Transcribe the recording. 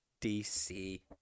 DC